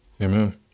amen